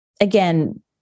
again